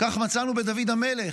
כך מצאנו בדוד המלך,